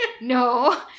No